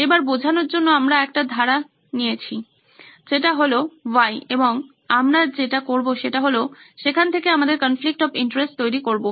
এবার বোঝানোর জন্য আমরা একটা ধারা নিয়েছি যেটা হল Y এবং আমরা সেটা নিয়ে কাজ করব এবং সেখান থেকে আমাদের কনফ্লিক্ট অফ ইন্টারেস্ট তৈরি করব